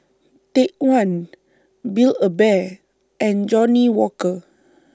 Take one Build A Bear and Johnnie Walker